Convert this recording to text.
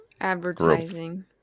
Advertising